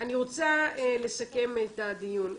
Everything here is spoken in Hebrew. רוצה לסכם את הדיון.